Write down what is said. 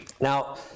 now